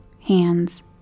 hands